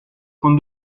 con